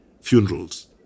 funerals